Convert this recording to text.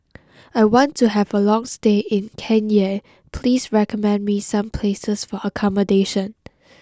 I want to have a long stay in Cayenne please recommend me some places for accommodation